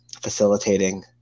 facilitating